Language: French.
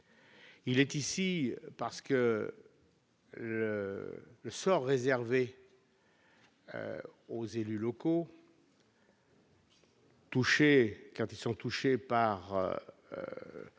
Il est ici parce que le sort réservé. Aux élus locaux. Touché quand ils sont touchés par